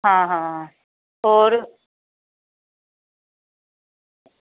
आ हा होर